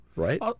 Right